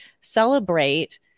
celebrate